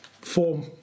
form